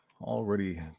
already